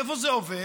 איפה זה עובד?